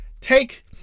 take